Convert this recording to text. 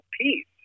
peace